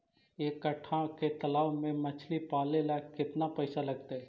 एक कट्ठा के तालाब में मछली पाले ल केतना पैसा लगतै?